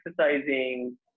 exercising